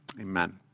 amen